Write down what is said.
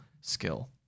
skill